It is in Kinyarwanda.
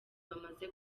bamaze